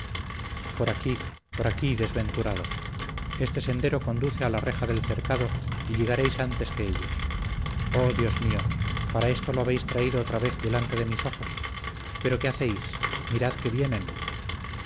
por aquí por aquí desventurado este sendero conduce a la reja del cercado y llegaréis antes que ellos oh dios mío para esto lo habéis traído otra vez delante de mis ojos pero qué hacéis mirad que vienen